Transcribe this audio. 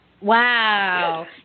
Wow